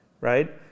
right